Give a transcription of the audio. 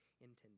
intended